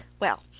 well,